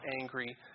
angry